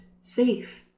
safe